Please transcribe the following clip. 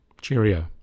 Cheerio